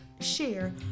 share